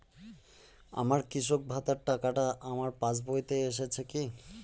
আমার কৃষক ভাতার টাকাটা আমার পাসবইতে এসেছে কি?